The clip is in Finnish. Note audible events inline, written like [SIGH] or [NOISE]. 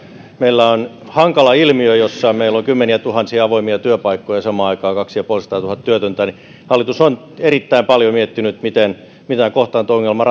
meillä on hankala ilmiö jossa meillä on kymmeniätuhansia avoimia työpaikkoja ja samaan aikaan kaksisataaviisikymmentätuhatta työtöntä hallitus on erittäin paljon miettinyt miten kohtaanto ongelma [UNINTELLIGIBLE]